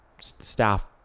Staff